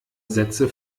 sätze